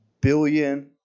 billion